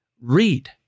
read